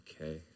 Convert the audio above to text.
Okay